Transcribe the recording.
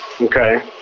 Okay